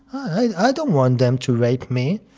i don't want them to rape me,